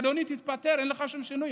אדוני, תתפטר, אין שום שינוי.